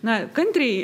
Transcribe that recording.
na kantriai